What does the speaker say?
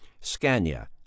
scania